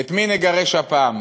את מי נגרש הפעם?